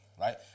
right